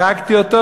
הרגתי אותו,